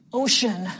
ocean